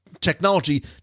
technology